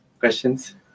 Questions